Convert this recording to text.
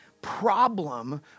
Problem